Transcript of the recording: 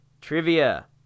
Trivia